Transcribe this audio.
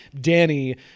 Danny